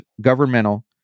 governmental